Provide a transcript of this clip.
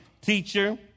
Teacher